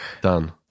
Done